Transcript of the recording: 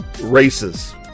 races